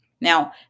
Now